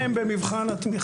אין שום פעילות במבחן התמיכה.